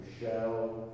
Michelle